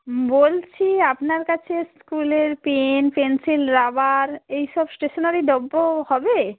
বলছি আপনার কাছে স্কুলের পেন পেন্সিল রাবার এই সব স্টেশনারি দ্রব্য হবে